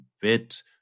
bit